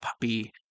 puppy